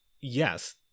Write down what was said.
yes